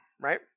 Right